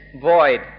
void